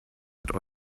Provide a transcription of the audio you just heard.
hat